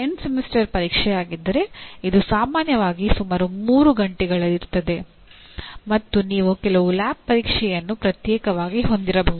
end semester ಪರೀಕ್ಷೆಯಾಗಿದ್ದರೆ ಇದು ಸಾಮಾನ್ಯವಾಗಿ ಸುಮಾರು 3 ಗಂಟೆಗಳಿರುತ್ತದೆ ಮತ್ತು ನೀವು ಕೆಲವು ಲ್ಯಾಬ್ ಪರೀಕ್ಷೆಯನ್ನು ಪ್ರತ್ಯೇಕವಾಗಿ ಹೊಂದಿರಬಹುದು